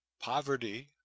Poverty